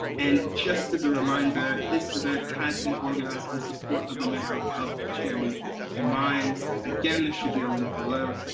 and just as a reminder, this event has been organised in support of the mental health charity mind, and again there should be a link below